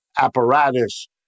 apparatus